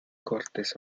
cortes